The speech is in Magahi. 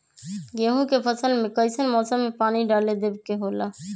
गेहूं के फसल में कइसन मौसम में पानी डालें देबे के होला?